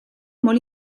molt